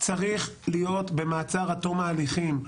צריך להיות במעצר עד תום ההליכים.